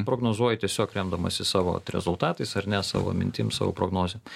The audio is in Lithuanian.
prognozuoji tiesiog remdamasis savo rezultatais ar ne savo mintim savo prognozėm